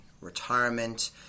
retirement